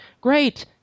great